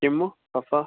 ಕೆಮ್ಮು ಕಫ